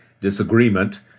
disagreement